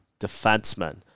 defenseman